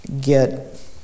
get